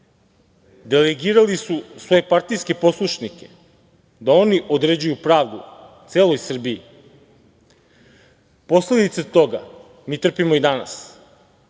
delegirali su svoje partijske poslušnike da oni određuju pravdu celoj Srbiji. Posledice toga mi trpimo i danas,